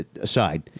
aside